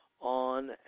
on